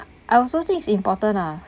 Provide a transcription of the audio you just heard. I also think it's important ah